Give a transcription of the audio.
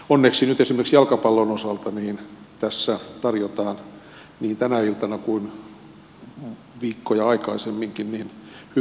onneksi nyt esimerkiksi jalkapallon osalta tässä tarjotaan niin tänä iltana kuin viikkoja aikaisemminkin hyvää ohjelmaa